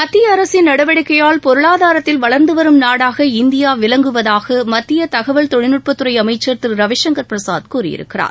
மத்தியஅரசின் நடவடிக்கையால் பொருளாதாரத்தில் வளர்ந்து வரும் நாடாக இந்தியா விளங்குவதாக மத்திய தகவல் தொடர்புத்துறை அமைச்சர் திரு ரவிசங்கர் பிரசாத் கூறியிருக்கிறார்